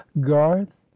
garth